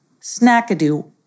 Snackadoo